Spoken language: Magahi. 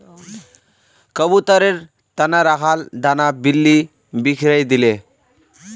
कबूतरेर त न रखाल दाना बिल्ली बिखरइ दिले